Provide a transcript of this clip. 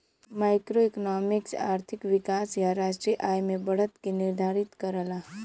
macroeconomics आर्थिक विकास या राष्ट्रीय आय में बढ़त के निर्धारित करला